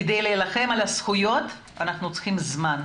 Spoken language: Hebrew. כדי להילחם על הזכויות, אנחנו צריכים זמן.